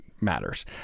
matters